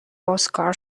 اسکار